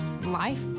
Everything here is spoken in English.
life